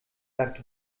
sagt